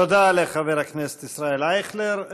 תודה לחבר הכנסת ישראל אייכלר.